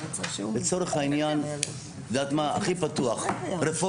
לצורך העניין רפורמי.